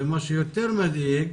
ומה שיותר מדאיג,